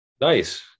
Nice